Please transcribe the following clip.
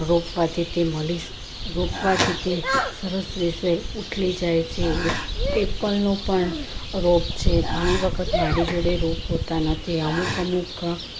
રોપવાથી તે મલીસ રોપવાથી તે સરસ રહેશે ઉથલી જાય છે એ એપલનો પણ રોપ છે ઘણી વખત મારી જોડે રોપ હોતા નથી અમુક અમુક